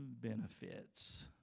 benefits